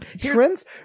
trends